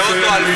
אלא להפך.